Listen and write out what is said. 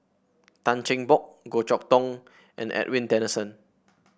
Tan Cheng Bock Goh Chok Tong and Edwin Tessensohn